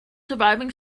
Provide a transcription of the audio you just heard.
surviving